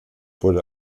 wurde